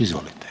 Izvolite.